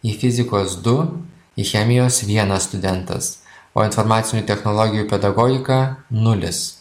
į fizikos du iš chemijos vienas studentas o informacinių technologijų pedagogiką nulis